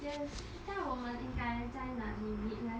yes 这样我们应该 meet leh